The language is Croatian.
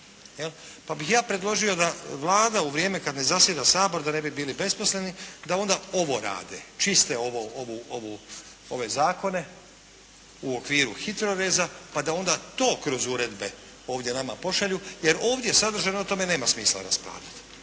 Pa bih ja predložio da Vlada u vrijeme kada ne zasjeda Sabor da ne bi bili besposleni, da onda ovo rade. Čiste ove zakone u okviru HITROReza pa da onda to kroz uredbe ovdje nama pošalju, jer ovdje … /Ne razumije se./ … o tome nema smisla raspravljati.